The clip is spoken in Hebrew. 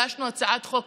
הגשנו הצעת חוק,